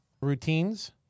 routines